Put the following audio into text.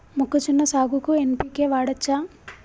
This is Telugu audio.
మొక్కజొన్న సాగుకు ఎన్.పి.కే వాడచ్చా?